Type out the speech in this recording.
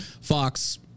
Fox